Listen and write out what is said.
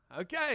Okay